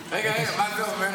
רגע, רגע, מה זה אומר?